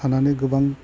थानानै गोबां